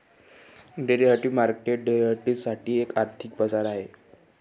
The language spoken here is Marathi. डेरिव्हेटिव्ह मार्केट डेरिव्हेटिव्ह्ज साठी एक आर्थिक बाजार आहे